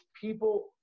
people